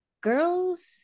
girls